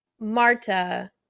Marta